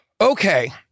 Okay